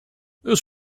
this